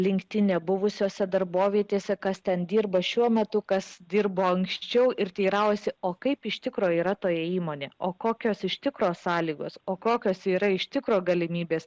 rinktinė buvusiose darbovietėse kas ten dirba šiuo metu kas dirbo anksčiau ir teiraujasi o kaip iš tikro yra toje įmonėje o kokios iš tikro sąlygos o kokios yra iš tikro galimybės